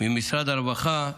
ממשרד הרווחה,